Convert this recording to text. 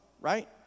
right